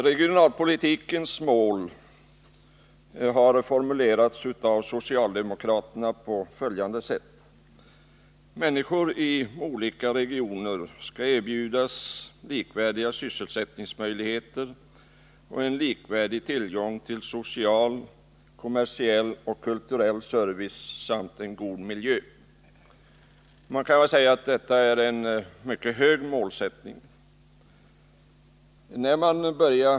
Regionalpolitikens mål har formulerats av socialdemokraterna på följande sätt: ”Människor i olika regioner skall erbjudas likvärdiga sysselsättningsmöjligheter och en likvärdig tillgång till social, kommersiell och kulturell service samt en god miljö.” Man kan säga att det är en mycket hög målsättning.